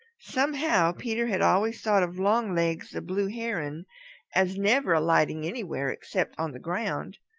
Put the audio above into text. somehow peter had always thought of longlegs the blue heron as never alighting anywhere except on the ground.